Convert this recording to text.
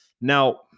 Now